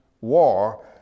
war